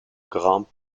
grand